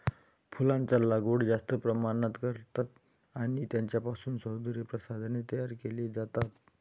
फुलांचा लागवड जास्त प्रमाणात करतात आणि त्यांच्यापासून सौंदर्य प्रसाधने तयार केली जातात